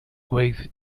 weighs